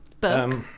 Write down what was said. Book